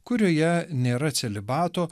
kurioje nėra celibato